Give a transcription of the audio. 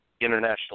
International